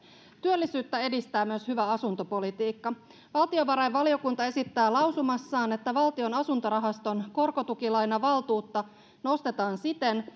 työllisyyttä edistää myös hyvä asuntopolitiikka valtiovarainvaliokunta esittää lausumassaan että valtion asuntorahaston korkotukilainavaltuutta nostetaan siten